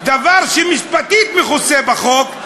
דבר שמשפטית מכוסה בחוק,